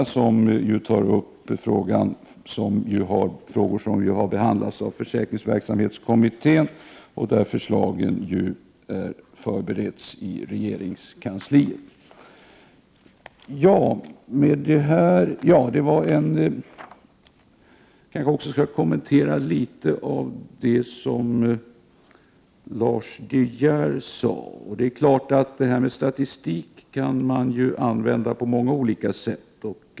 I reservation 8 tas det upp frågor som har behandlats av försäkringsverksamhetskommittén. Förslagen bereds nu i regeringskansliet. Jag skall kanske också något kommentera det som Lars De Geer yttrade. Det är klart att statistik kan användas på många olika sätt.